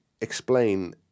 explain